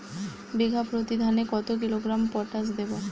বিঘাপ্রতি ধানে কত কিলোগ্রাম পটাশ দেবো?